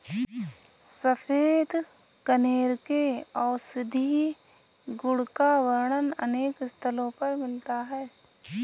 सफेद कनेर के औषधीय गुण का वर्णन अनेक स्थलों पर मिलता है